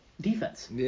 defense